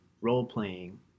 role-playing